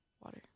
water